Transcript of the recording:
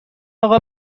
اقا